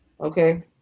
okay